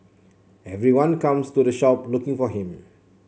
everyone comes to the shop looking for him